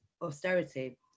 austerity